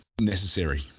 necessary